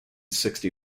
sixty